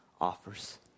offers